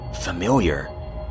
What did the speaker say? familiar